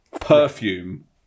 perfume